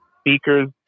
speakers